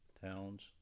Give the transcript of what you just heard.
towns